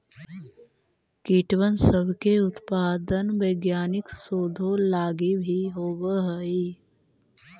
कीटबन सब के उत्पादन वैज्ञानिक शोधों लागी भी होब हई